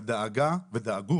ודאגו